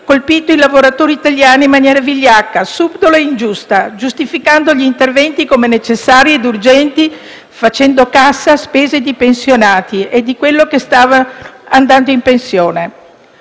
colpendo i lavoratori italiana in maniera vigliacca, subdola e ingiusta, giustificando gli interventi come necessari e urgenti e facendo cassa a spese dei pensionati e di chi stava andando in pensione.